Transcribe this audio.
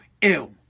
ill